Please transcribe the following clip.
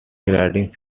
grading